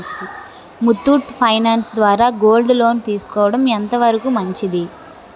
Muthoot finance ద్వారా gold loan తీసుకోవడం ఎంత వరకు మంచిది?